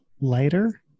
lighter